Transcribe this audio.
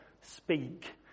Speak